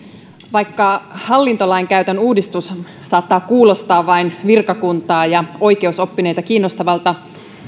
vaikka hallintolainkäytön uudistus saattaa kuulostaa vain virkakuntaa ja oikeusoppineita kiinnostavalta